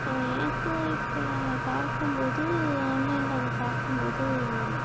எனக்கு இப்போ பார்க்கம்போது ஆன்லைனில் அதை பார்க்கம்போது